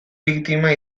biktima